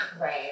Right